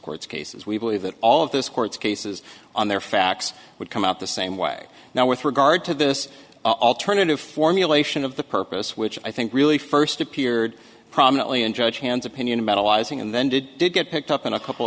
court's cases we believe that all of this court's cases on their facts would come out the same way now with regard to this alternative formulation of the purpose which i think really first appeared prominently in judge hans opinion in metal izing and then did did get picked up in a couple